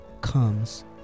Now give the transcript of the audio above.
comes